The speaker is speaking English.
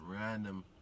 random